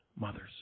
mothers